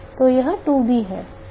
तो यह 2B है